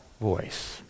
voice